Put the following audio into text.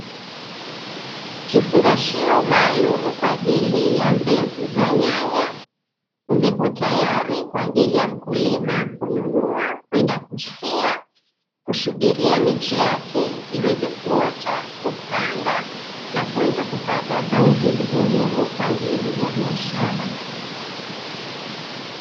Kifungashio maalumu kwa ajili ya mbegu za nyanya, zipo tayari kwa ajili ya mkulima kununua, kwenda kusia, kusubiria miche yake iweze kuota, kupanda na kuweza kupata zao hili muhimu, kwa ajili ya biashara.